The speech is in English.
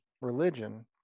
religion